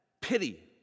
pity